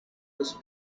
los